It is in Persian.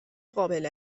قابل